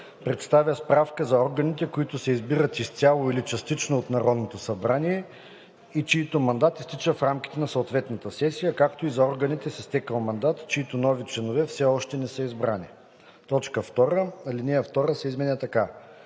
представя справка за органите, които се избират изцяло или частично от Народното събрание, и чийто мандат изтича в рамките на съответната сесия, както и за органите с изтекъл мандат, чиито нови членове все още не са избрани.“ 2. Алинея 2 се изменя така: